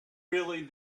really